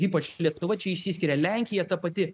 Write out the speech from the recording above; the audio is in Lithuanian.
ypač lietuva čia išsiskiria lenkija ta pati